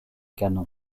canons